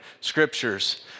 scriptures